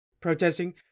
protesting